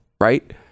right